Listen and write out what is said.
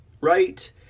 right